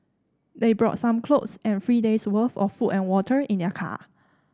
they brought some clothes and three days' worth of food and water in their car